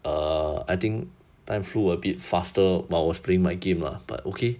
err I think time flew a bit faster while I was playing my game lah but okay